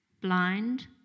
blind